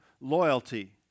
loyalty